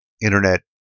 internet